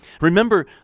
Remember